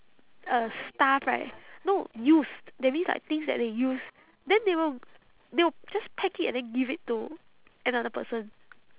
uh stuff right no used that means like things that they used then they will they will just pack it and then give it to another person